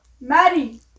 Maddie